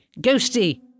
ghosty